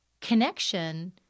connection